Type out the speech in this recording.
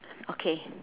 okay